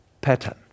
pattern